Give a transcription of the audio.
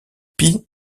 pie